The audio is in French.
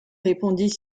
répondit